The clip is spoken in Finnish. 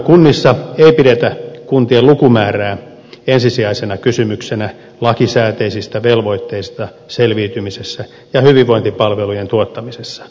kunnissa ei pidetä kuntien lukumäärää ensisijaisena kysymyksenä lakisääteisistä velvoitteista selviytymisessä ja hyvinvointipalvelujen tuottamisessa